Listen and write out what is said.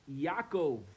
Yaakov